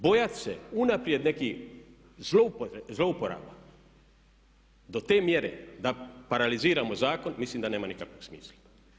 Bojati se unaprijed nekih zlouporaba do te mjere da paraliziramo zakon mislim da nema nikakvog smisla.